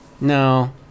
No